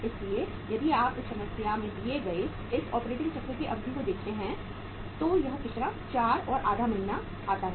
इसलिए यदि आप इस समस्या में दिए गए इस ऑपरेटिंग चक्र की अवधि को देखते हैं तो यह कितना 4 और आधा महीने आता है